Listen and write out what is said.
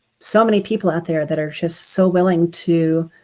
so many people out there that are just so willing to